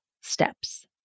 steps